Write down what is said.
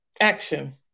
action